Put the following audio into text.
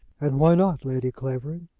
and why not, lady clavering?